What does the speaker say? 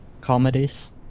comedies